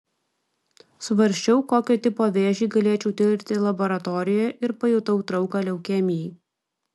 svarsčiau kokio tipo vėžį galėčiau tirti laboratorijoje ir pajutau trauką leukemijai